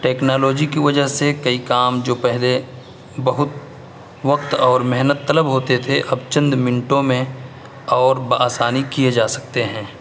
technology کی وجہ سے کئی کام جو پہلے بہت وقت اور محنت طلب ہوتے تھے اب چند منٹوں میں اور بہ آسانی کیے جا سکتے ہیں